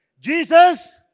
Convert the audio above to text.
Jesus